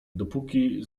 dopóki